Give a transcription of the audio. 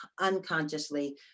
unconsciously